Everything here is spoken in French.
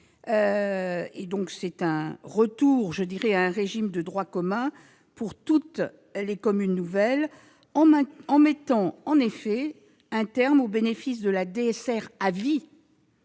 visibilité. Nous revenons à un régime de droit commun pour toutes les communes nouvelles, en mettant en effet un terme au bénéfice de la DSR à vie